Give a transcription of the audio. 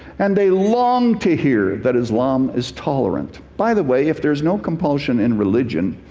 and they long to hear that islam is tolerant. by the way, if there is no compulsion in religion,